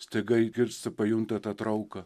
staiga išgirsta pajunta tą trauką